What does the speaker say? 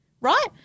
right